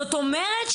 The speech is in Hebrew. זאת אומרת,